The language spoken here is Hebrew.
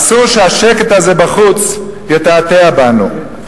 אסור שהשקט הזה בחוץ יתעתע בנו.